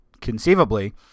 conceivably